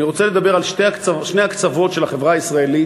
אני רוצה לדבר על שני הקצוות של החברה הישראלית